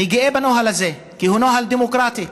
אני גאה בנוהל הזה, כי הוא נוהל דמוקרטי,